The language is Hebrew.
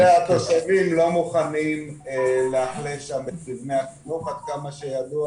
התושבים לא מוכנים לאכלס שם את --- עד כמה שידוע